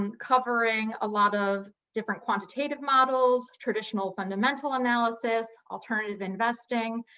um covering a lot of different quantitative models, traditional fundamental analysis, alternative investing,